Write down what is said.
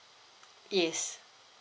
yes